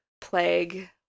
plague